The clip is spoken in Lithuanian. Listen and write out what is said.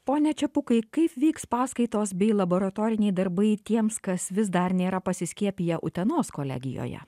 pone čepukai kaip vyks paskaitos bei laboratoriniai darbai tiems kas vis dar nėra pasiskiepiję utenos kolegijoje